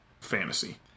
fantasy